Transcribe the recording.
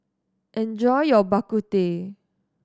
enjoy your Bak Kut Teh